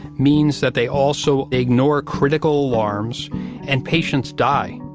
means that they also ignore critical alarms and patients die.